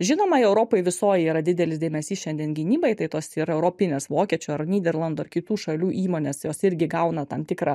žinoma europoj visoj yra didelis dėmesys šiandien gynybai tai tos ir europinės vokiečių ar nyderlandų ar kitų šalių įmonės jos irgi gauna tam tikrą